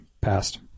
Passed